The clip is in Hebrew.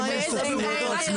רק,